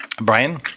Brian